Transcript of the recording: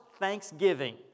thanksgiving